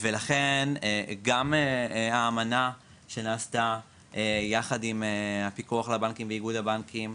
לכן גם האמנה שנעשתה יחד עם הפיקוח על הבנקים ואיגוד הבנקים,